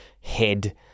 head